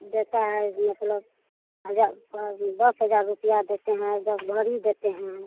देता है मतलब हज़ार दस हज़ार रुपया देते हैं दस भरी देते हैं